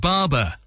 Barber